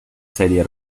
serie